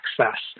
access